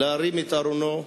להרים את ארונו.